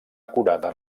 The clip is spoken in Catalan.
acurada